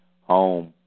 home